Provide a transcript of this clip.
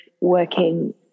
working